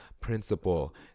principle